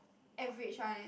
average one eh